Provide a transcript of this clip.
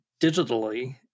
digitally